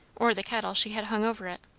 or the kettle she had hung over it.